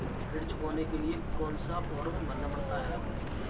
ऋण चुकाने के लिए कौन सा फॉर्म भरना पड़ता है?